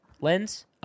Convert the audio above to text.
lens